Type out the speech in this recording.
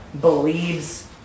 Believes